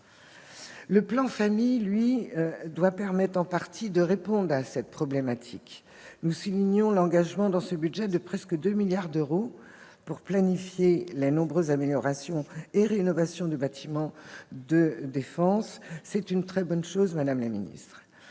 Le plan Famille doit permettre de répondre, en partie, à cette problématique. Nous soulignons l'engagement dans ce budget de presque 2 milliards d'euros pour planifier les nombreuses améliorations et rénovations de bâtiments de défense. C'est une très bonne chose, madame la ministre